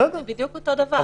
זה בדיוק אותו דבר.